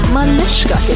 Manishka